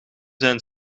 zijn